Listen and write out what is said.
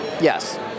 Yes